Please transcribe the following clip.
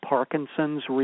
Parkinson's